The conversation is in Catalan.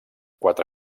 quatre